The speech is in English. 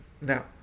Now